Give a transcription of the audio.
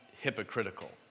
hypocritical